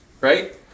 right